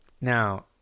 Now